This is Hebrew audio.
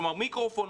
כלומר מיקרופון,